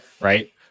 right